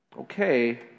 okay